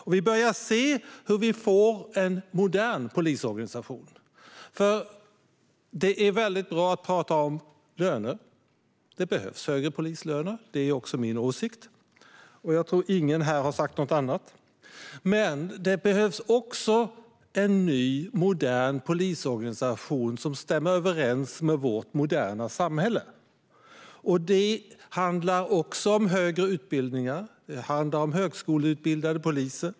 Det börjar bli en modern polisorganisation. Det är bra att prata om löner. Det behövs högre polislöner - det är också min åsikt. Jag tror att ingen här har sagt något annat. Men det behövs också en ny, modern polisorganisation som stämmer överens med vårt moderna samhälle. Det handlar om högre utbildningar, om högskoleutbildade poliser.